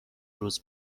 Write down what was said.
روز